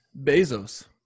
Bezos